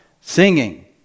singing